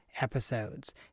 episodes